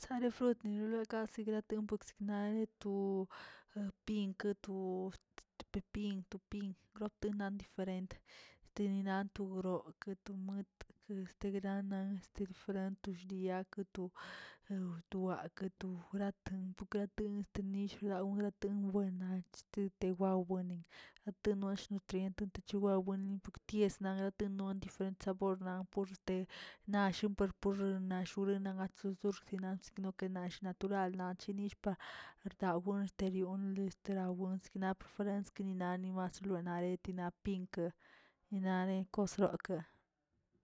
Nare frut nale sigrate masiknale to pinkə to axt pepin- tupin, grate nan diferent deninan do ronkə to muet guetə te grana este diferente de shguia to, to wakə to laten to grate ye nill grawdera ten wen na chtite obuenin, te nosh nutrient chiwawen nokties na graten non diferent sabir na porst' nashon por por na churena gatso goxshenan sikna nash naturalna chinish pa ardawrio nisterion esterawon xnap frens skinina mas noerari naꞌ pinkə nane kosrokꞌ.